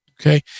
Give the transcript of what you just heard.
Okay